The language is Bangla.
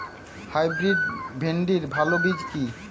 হাইব্রিড ভিন্ডির ভালো বীজ কি?